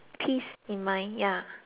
ya